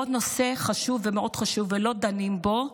עוד נושא חשוב מאוד שלא דנים בו,